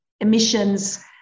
emissions